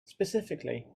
specifically